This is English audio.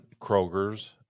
Kroger's